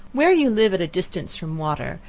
where you live at a distance from water,